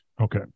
Okay